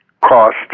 cost